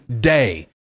day